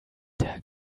der